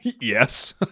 Yes